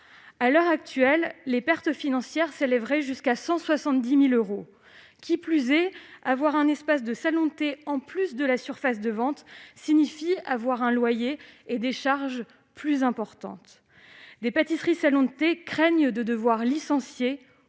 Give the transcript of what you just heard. À l'heure actuelle, leurs pertes financières s'élèveraient à 170 000 euros ; qui plus est, disposer d'un espace de salon de thé en plus de la surface de vente conduit à payer un loyer et des charges plus importants. Des pâtisseries-salons de thé craignent de devoir licencier